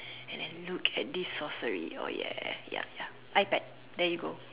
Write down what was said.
and then look at this sorcery oh ya ya ya iPad there you go